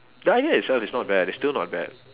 the idea itself is not bad it's still not bad